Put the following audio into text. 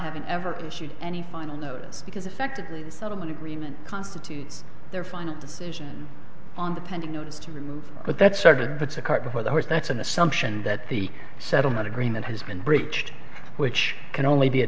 having ever issued any final notice because effectively the settlement agreement constitutes their final decision on the pending notice to remove but that sort of puts a cart before the horse that's an assumption that the settlement agreement has been breached with can only be a